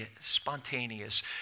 spontaneous